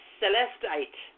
celestite